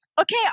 okay